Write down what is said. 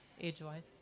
age-wise